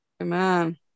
Amen